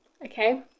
okay